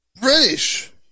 British